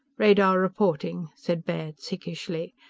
radar reporting, said baird sickishly.